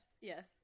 yes